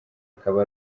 akaba